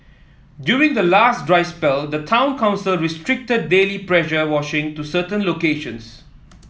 during the last dry spell the town council restricted daily pressure washing to certain locations